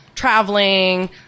traveling